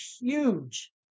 huge